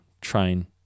train